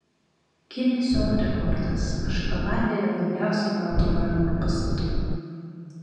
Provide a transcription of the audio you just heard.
gineso rekordas ašchabade yra daugiausiai balto marmuro pastatų